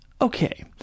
Okay